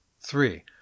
Three